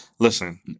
Listen